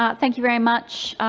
ah thank you very much,